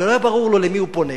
ולא היה ברור לו למי הוא פונה.